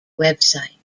website